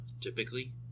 typically